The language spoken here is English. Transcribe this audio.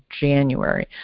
January